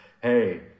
hey –